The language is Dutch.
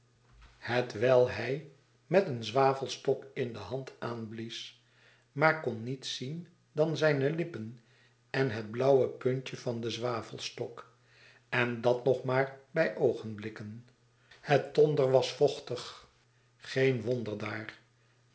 hij stok in de hand aanblies maar kon niets zien dan zijne lippen en het blauwe puntje van den zwavelstok en dat nog maar bij oogenblikken het tonder was vochtig geen wonder daar